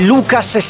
Lucas